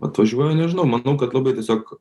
atvažiuoja nežinau manau kad labai tiesiog